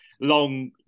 long